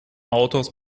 autors